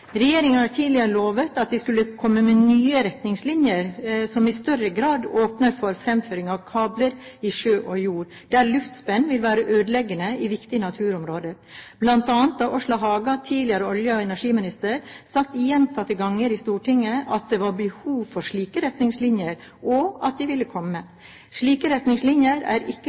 har tidligere lovet at det skulle komme nye retningslinjer som i større grad åpner for fremføring av kabler i sjø og jord der luftspenn vil være ødeleggende i viktige naturområder. Blant annet har Åslaug Haga, tidligere olje- og energiminister, sagt gjentatte ganger i Stortinget at det var behov for slike retningslinjer, og at de ville komme. Slike retningslinjer er ikke